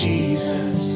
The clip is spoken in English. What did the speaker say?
Jesus